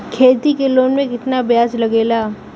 खेती के लोन में कितना ब्याज लगेला?